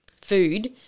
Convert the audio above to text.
food